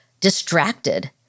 distracted